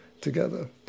together